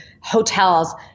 hotels